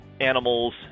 animals